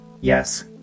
yes